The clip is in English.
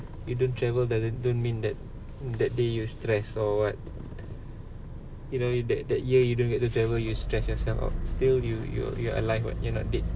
you don't travel doesn't don't mean that that day you stress or what you know that that year you don't get to travel you stress yourself out still you you are you alive [what] you are not dead